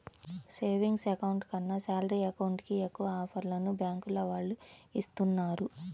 savings account కన్నా salary account కి ఎక్కువ ఆఫర్లను బ్యాంకుల వాళ్ళు ఇస్తున్నారు